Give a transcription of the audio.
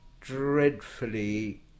dreadfully